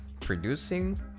producing